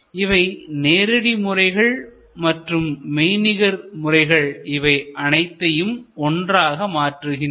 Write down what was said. இவை நேரடி முறைகள் மற்றும் மெய்நிகர் முறைகள் இவை அனைத்தையும் ஒன்றாக மாற்றுகின்றன